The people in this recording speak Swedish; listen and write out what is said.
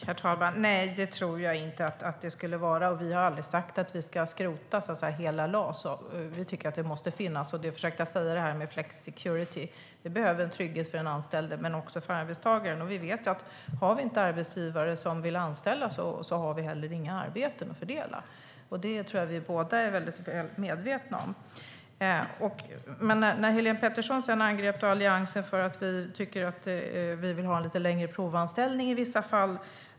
Herr talman! Nej, det tror jag inte att det skulle vara. Vi har aldrig sagt att vi ska skrota hela LAS. Vi tycker att det måste finnas. Det jag försökte säga när jag talade om flexicurity är att vi behöver trygghet för den anställde men också för arbetstagaren. Har vi inga arbetsgivare som vill anställa har vi heller inga arbeten att fördela. Det tror jag att vi båda är väl medvetna om. Helén Pettersson angrep Alliansen för att vi vill ha längre provanställning i vissa fall.